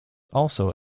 also